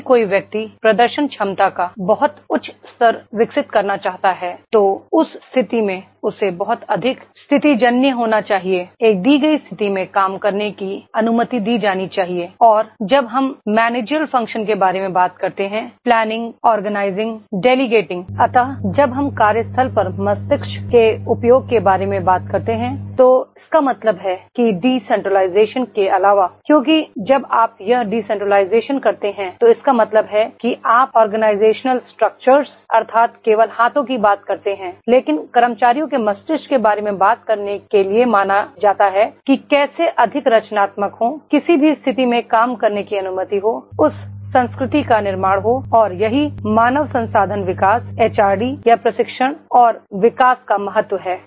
यदि कोई व्यक्ति प्रदर्शन क्षमता का बहुत उच्च स्तर विकसित करना चाहता है तो उस स्थिति में उसे बहुत अधिक स्थितिजन्य होना चाहिए एक दी गई स्थिति में काम करने की अनुमति दी जानी चाहिए और जब हम मैनेजरियल फंक्शन के बारे में बात करते हैं planning organising delegating अतः जब हम कार्यस्थल पर मस्तिष्क के उपयोग के बारे में बात करते हैं तो इसका मतलब है कि डिसेंट्रलाइजेशन के अलावा क्योंकि जब आप यह डिसेंट्रलाइजेशन करते हैं तो इसका मतलब है कि आप ऑर्गेनाइजेशनल स्ट्रक्चर्स अर्थात् केवल हाथों की बात कर रहे हैं लेकिन कर्मचारियों के मस्तिष्क के बारे में बात करने के लिए माना जाता है कि कैसे अधिक रचनात्मक हो किसी भी स्थिति में काम करने की अनुमति हो उस संस्कृति का निर्माण हो और यही मानव संसाधन विकास एचआरडी या प्रशिक्षण और विकास का महत्व है